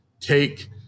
take